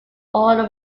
all